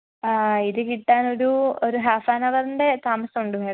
ഇത് കിട്ടാനൊരു half an ഹവർൻ്റെ താമസമുണ്ട് മാഡം